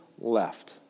left